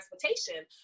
Transportation